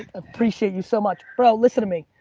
appreciate you so much. bro listen to me.